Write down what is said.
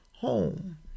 home